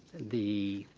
the